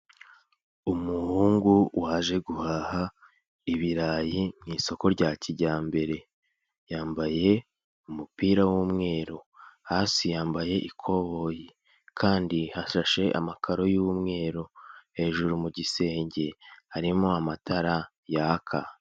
Umuhungu waje guhaha ibirayi mu isoko rya kijyambere yambaye umupira w'umweru hasi yambaye ikoboyi kandi hashashe amakaro y'mweru hejuru mu gisenge harimo amatara yaka.